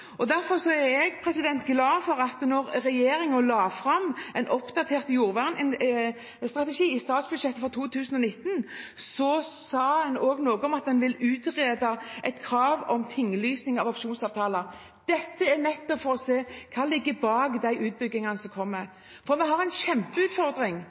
og større mulighet til å påvirke i reguleringsplanene enn det en enkeltperson har. Derfor er jeg glad for at regjeringen la fram en oppdatert jordvernstrategi i statsbudsjettet for 2019. Da sa en også noe om at en vil utrede et krav om tinglysing av opsjonsavtaler. Det er nettopp for å se hva som ligger bak de utbyggingene som